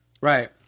Right